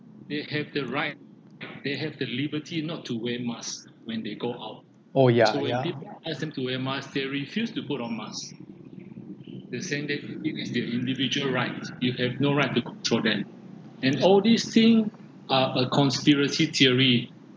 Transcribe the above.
oh ya oh ya